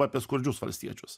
apie skurdžius valstiečius